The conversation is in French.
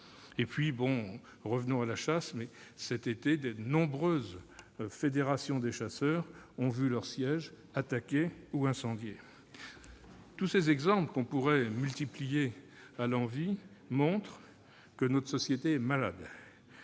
Pour revenir à la chasse, cet été, de nombreuses fédérations de chasseurs ont vu leur siège attaqué ou incendié. Tous ces exemples, que l'on pourrait multiplier à l'envi, montrent que notre société est malade.